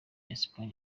espagne